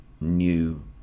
new